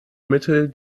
mittel